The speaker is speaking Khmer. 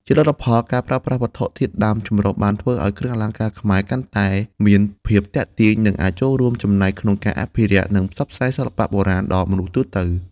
ជាលទ្ធផល ការប្រើប្រាស់វត្ថុធាតុដើមចម្រុះបានធ្វើឱ្យគ្រឿងអលង្ការខ្មែរកាន់តែមានភាពទាក់ទាញ និងអាចចូលរួមចំណែកក្នុងការអភិរក្ស និងផ្សព្វផ្សាយសិល្បៈបុរាណដល់មនុស្សទូទៅ។